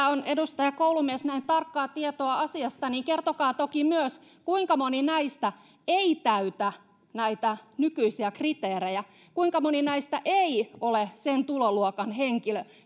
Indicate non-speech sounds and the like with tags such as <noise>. <unintelligible> on edustaja koulumies näin tarkkaa tietoa asiasta niin kertokaa toki myös kuinka moni näistä ei täytä näitä nykyisiä kriteerejä kuinka moni näistä joille tämä asunto siirretään ei ole sen tuloluokan henkilö